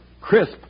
crisp